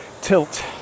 tilt